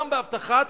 גם באבטחה.